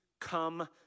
come